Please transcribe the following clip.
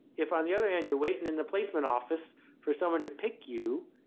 if, on the other hand, you're waiting in the placement office for someone to pick you,